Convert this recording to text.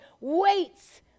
weights